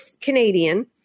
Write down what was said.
Canadian